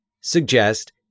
suggest